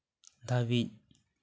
ᱦᱟᱵᱤᱡ